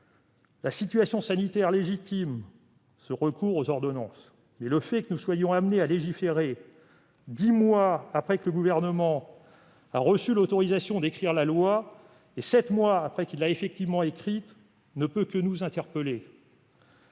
La situation sanitaire légitime le recours aux ordonnances, mais le fait que nous soyons amenés à légiférer dix mois après que le Gouvernement eut reçu l'autorisation d'écrire la loi et sept mois après qu'il l'eut effectivement écrite ne peut que nous interpeller.